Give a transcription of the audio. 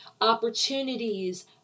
Opportunities